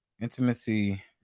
intimacy